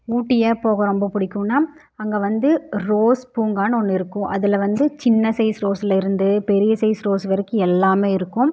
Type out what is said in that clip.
ஊட்டி ஏன் போக ரொம்ப பிடிக்கும்னா அங்கே வந்து ரோஸ் பூங்கான்னு ஒன்று இருக்கும் அதில் வந்து சின்ன சைஸ் ரோஸ்லருந்து பெரிய சைஸ் ரோஸ் வரைக்கும் எல்லாமே இருக்கும்